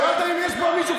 שאלת אם יש פה מישהו.